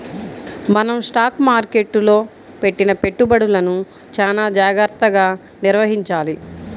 మనం స్టాక్ మార్కెట్టులో పెట్టిన పెట్టుబడులను చానా జాగర్తగా నిర్వహించాలి